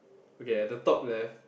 okay at the top left